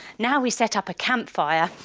now we set up a campfire.